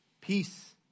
Peace